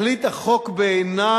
בעיני